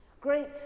Great